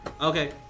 Okay